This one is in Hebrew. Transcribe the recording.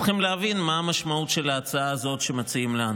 צריכים להבין מה המשמעות של ההצעה הזאת שמציעים לנו.